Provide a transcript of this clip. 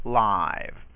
live